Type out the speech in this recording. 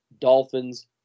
Dolphins